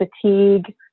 fatigue